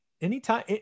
anytime